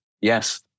Yes